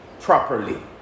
properly